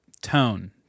tone